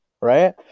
Right